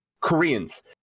koreans